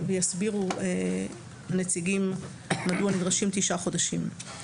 יסבירו נציגים מדוע נדרשים תשעה חודשים.